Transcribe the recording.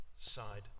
side